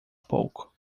pouco